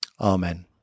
Amen